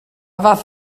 fath